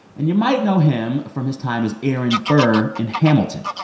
and you might know him from his time as aaron burr in hamilton.